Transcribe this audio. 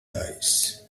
dice